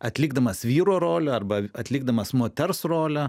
atlikdamas vyro rolę arba atlikdamas moters rolę